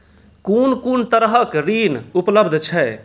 कून कून तरहक ऋण उपलब्ध छै?